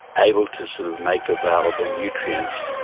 able to sort of make available nutrients,